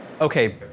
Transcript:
Okay